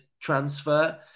transfer